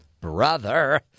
Brother